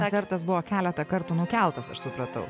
koncertas buvo keletą kartų nukeltas aš supratau